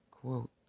quote